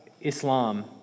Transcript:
Islam